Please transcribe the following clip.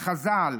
מחז"ל,